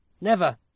Never